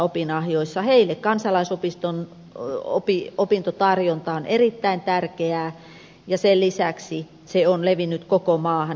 heille kansalaisopiston opintotarjonta on erittäin tärkeää ja sen lisäksi se on levinnyt koko maahan